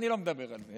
אני לא מדבר על זה,